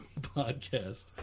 podcast